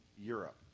Europe